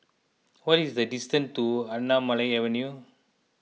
what is the distance to Anamalai Avenue